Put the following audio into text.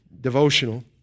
devotional